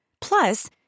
Plus